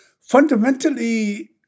Fundamentally